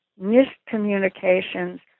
miscommunications